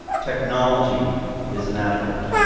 technology is inadequate.